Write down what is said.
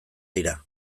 dira